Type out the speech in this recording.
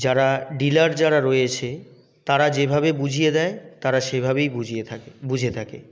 যারা ডিলার যারা রয়েছে তারা যেভাবে বুঝিয়ে দেয় তারা সেভাবেই বুঝিয়ে থাকে বুঝে থাকে